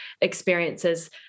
experiences